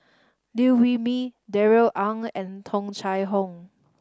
Liew Wee Mee Darrell Ang and Tung Chye Hong